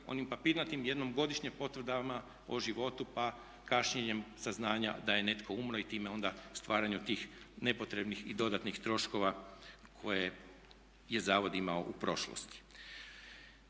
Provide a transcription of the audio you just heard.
onim papirnatim jednom godišnje potvrdama o životu pa kašnjenjem saznanja da je netko umro i time onda stvaranju tih nepotrebnih i dodatnih troškova koje je zavod imao u prošlosti.